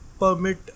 permit